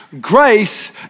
grace